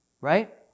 right